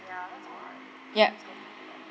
yup